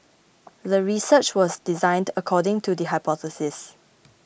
the research was designed according to the hypothesis